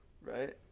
right